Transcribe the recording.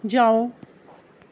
जाओ